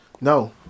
no